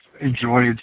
enjoyed